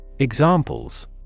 Examples